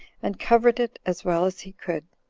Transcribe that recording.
and covered it as well as he could,